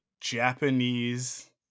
Japanese